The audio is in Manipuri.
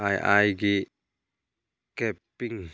ꯑꯥꯏ ꯑꯥꯏꯒꯤ ꯀꯦꯞꯄꯤꯡ